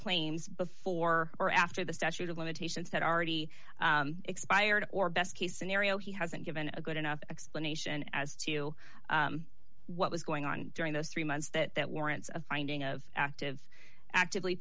claims before or after the statute of limitations had already expired or best case scenario he hasn't given a good enough explanation as to what was going on during those three months that that warrants of finding of active actively